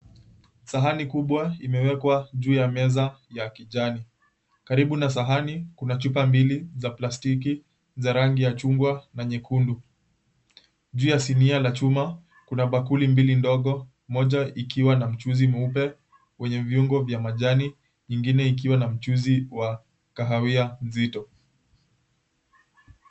Sahani kubwa imewekwa juu ya meza ya kijani. Karibu na sahani kuna chupa mbili za plastiki za rangi ya chungwa na nyekundu. Juu ya sinia la chuma kuna bakuli mbili ndogo, moja ikiwa na mchuzi mweupe wenye viungo vya majani, nyengine ikiwa na mchuzi wa kahawia nzito.